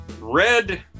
red